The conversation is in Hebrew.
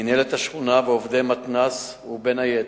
מינהלת השכונה ועובדי מתנ"ס, ובין היתר: